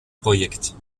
projekt